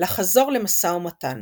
לחזור למשא ומתן